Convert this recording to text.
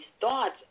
thoughts